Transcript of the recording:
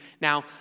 now